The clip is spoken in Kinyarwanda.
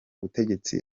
butegetsi